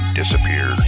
disappear